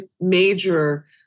major